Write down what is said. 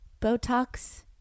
Botox